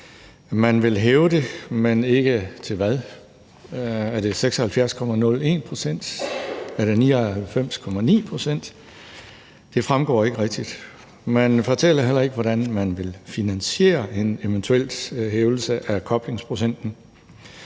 Man vil hæve procenten, men til hvad? Er det til 76,01 pct.? Er det til 99,9 pct.? Det fremgår ikke rigtig. Man fortæller heller ikke, hvordan man vil finansiere en eventuel hævelse af koblingsprocenten.